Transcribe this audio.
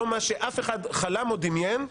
לא מה שאף אחד חלם או דמיין.